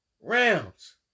rounds